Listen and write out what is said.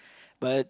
but